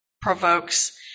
provokes